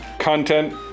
content